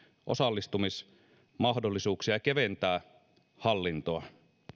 osallistumismahdollisuuksia ja keventää hallintoa